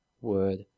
word